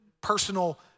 personal